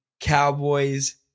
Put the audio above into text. Cowboys